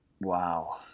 Wow